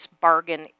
bargain